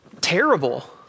terrible